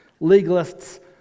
legalists